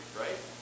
right